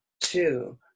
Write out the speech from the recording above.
two